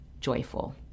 joyful